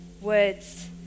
words